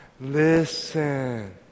Listen